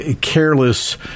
careless